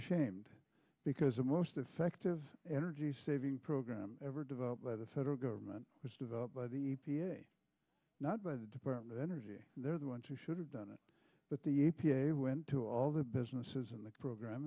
ashamed because the most effective energy saving program ever developed by the federal government was developed by the e p a not by the department of energy they're the ones who should have done it but the a p a went to all the businesses in the program